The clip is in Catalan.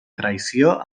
traïció